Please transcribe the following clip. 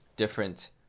different